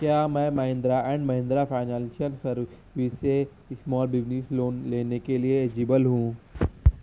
کیا میں Mahindra and Mahindra financial service سے اسمال بزنس لون لینے کے لیے ایسجبل ہوں